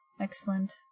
Excellent